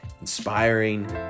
inspiring